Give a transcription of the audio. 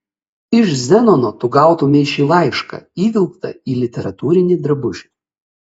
iš zenono tu gautumei šį laišką įvilktą į literatūrinį drabužį